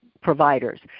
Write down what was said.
providers